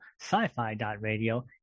sci-fi.radio